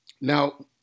Now